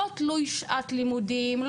לא תלוי שעת לימודים,